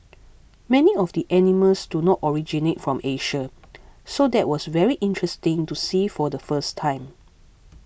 many of the animals do not originate from Asia so that was very interesting to see for the first time